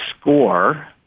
score